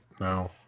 No